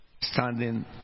standing